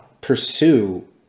pursue –